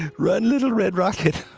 run little red rocket,